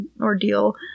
ordeal